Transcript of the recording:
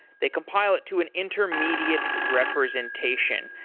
they compile it to an intermediate representation.